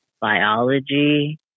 biology